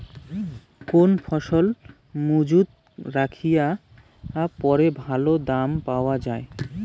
কোন ফসল মুজুত রাখিয়া পরে ভালো দাম পাওয়া যায়?